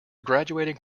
graduating